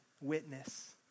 witness